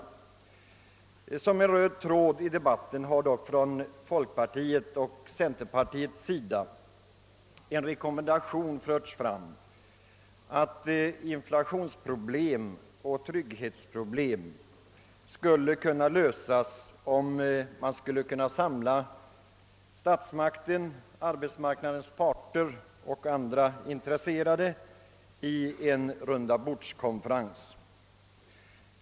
Såsom en röd tråd i debatten har från folkpartiet och centerpartiet förts fram en rekommendation om att lösa inflationsoch trygghetsproblemen genom att representanter för statsmakterna, arbetsmarknadens parter och andra intresserade samlades till en rundabordskonferens.